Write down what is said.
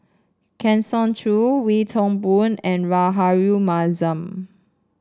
Kang Siong Joo Wee Toon Boon and Rahayu Mahzam